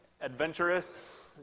adventurous